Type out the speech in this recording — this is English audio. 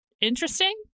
interesting